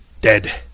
dead